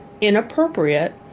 inappropriate